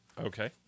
Okay